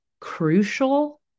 crucial